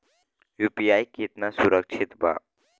UPI कितना सुरक्षित बा?